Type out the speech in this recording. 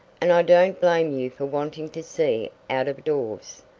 and i don't blame you for wanting to see out of doors.